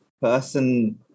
person